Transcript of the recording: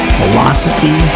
Philosophy